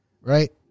Right